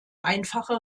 einfache